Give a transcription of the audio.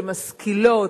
שמשכילות,